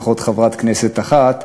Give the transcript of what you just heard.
לפחות חברת כנסת אחת,